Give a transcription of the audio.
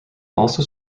also